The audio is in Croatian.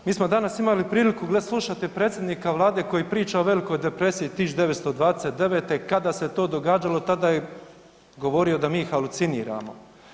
Mi smo danas imali priliku slušati predsjednika Vlade koji priča o Velikoj depresiji 1929., kada se to događalo, tada je govorio da mi haluciniramo.